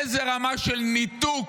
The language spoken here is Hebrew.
איזו רמה של ניתוק